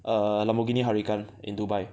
err Lamborghini Huracan in Dubai